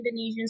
Indonesians